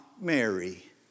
Mary